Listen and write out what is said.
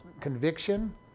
conviction